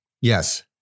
Yes